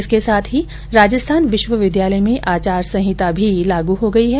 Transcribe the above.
इसके साथ ही राजस्थान विश्वविद्यालय में आचार संहिता लागू हो गई है